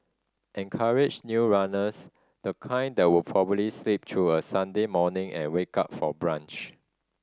encourage new runners the kind that would probably sleep through a Sunday morning and wake up for brunch